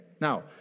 Now